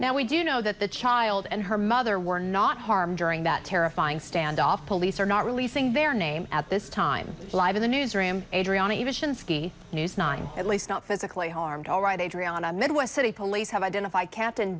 now we do no that the child and her mother were not harmed during that terrifying standoff police are not releasing their name at this time live in the newsroom news nine at least not physically harmed all right adrianna midwest city police have identif